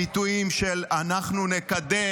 הביטויים "אנחנו נקדם",